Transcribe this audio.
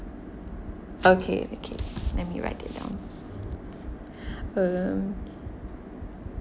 okay okay let me write it down